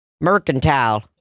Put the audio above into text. Mercantile